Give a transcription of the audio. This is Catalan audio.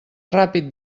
ràpid